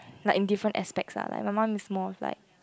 like in different aspect lah my mum is more like